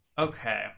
Okay